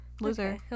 loser